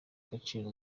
agaciro